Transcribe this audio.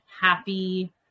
happy